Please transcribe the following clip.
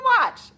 watch